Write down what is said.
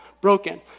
broken